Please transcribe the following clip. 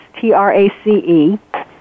T-R-A-C-E